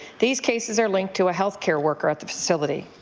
these cases are linked to a health care worker at the facility.